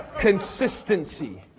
Consistency